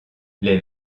les